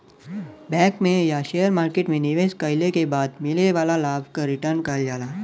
bank में या share market में निवेश कइले के बाद मिले वाला लाभ क रीटर्न कहल जाला